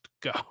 go